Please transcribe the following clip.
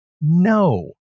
No